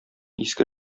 иске